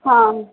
हँ